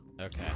Okay